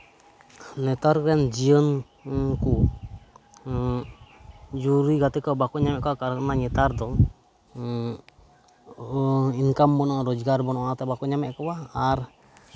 ᱱᱮᱛᱟᱨ ᱨᱮᱱ ᱡᱩᱣᱟᱹᱱ ᱠᱚ ᱡᱩᱨᱤ ᱜᱟᱛᱮ ᱠᱚ ᱵᱟᱠᱚ ᱧᱟᱢᱮᱫ ᱠᱚᱣᱟ ᱠᱟᱨᱚᱱ ᱢᱟ ᱱᱮᱛᱟᱨ ᱫᱚ ᱤᱱᱠᱟᱢ ᱵᱟᱹᱱᱩᱜᱼᱟ ᱨᱳᱡᱜᱟᱨ ᱵᱟᱹᱱᱩᱜᱼᱟ ᱚᱱᱟ ᱛᱮ ᱵᱟᱠᱚ ᱧᱟᱢ ᱮᱫ ᱠᱚᱣᱟ ᱟᱨ